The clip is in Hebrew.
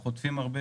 הם חוטפים הרבה,